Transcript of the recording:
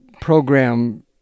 program